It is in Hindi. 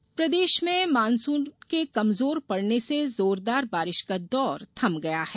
मौसम प्रदेश में मानसून के कमजोर पड़ने से जोरदार बारिश का दौर थम गया है